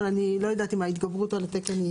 אבל אני לא יודעת אם ההתגברות על התקן.